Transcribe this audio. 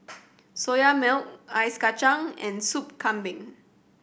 Soya Milk Ice Kachang and Sop Kambing